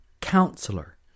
Counselor